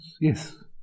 Yes